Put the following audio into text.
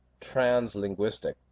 translinguistic